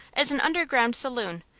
is an underground saloon,